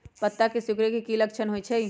पत्ता के सिकुड़े के की लक्षण होइ छइ?